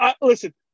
listen